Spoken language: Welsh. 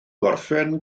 gorffen